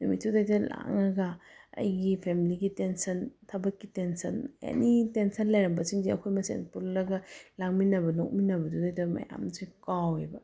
ꯅꯨꯃꯤꯠꯇꯨꯗꯩꯗ ꯂꯥꯡꯉꯒ ꯑꯩꯒꯤ ꯐꯦꯃꯤꯂꯤꯒꯤ ꯇꯦꯟꯁꯟ ꯊꯕꯛꯀꯤ ꯇꯦꯟꯁꯟ ꯑꯦꯅꯤ ꯇꯦꯟꯁꯟ ꯂꯩꯔꯝꯕꯁꯤꯡꯁꯦ ꯑꯩꯈꯣꯏ ꯃꯁꯦꯟ ꯄꯨꯜꯂꯒ ꯂꯥꯡꯃꯤꯟꯅꯕ ꯅꯣꯛꯃꯤꯟꯅꯕꯗꯨꯗꯩꯗ ꯃꯌꯥꯝꯁꯦ ꯀꯥꯎꯋꯦꯕ